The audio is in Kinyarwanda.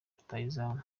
rutahizamu